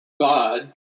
God